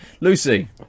lucy